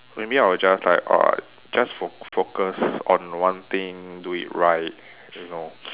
maybe I will just like uh just fo~ focus on one thing do it right you know